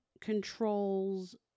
controls